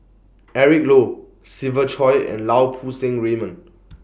Eric Low Siva Choy and Lau Poo Seng Raymond